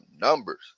numbers